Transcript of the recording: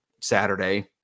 saturday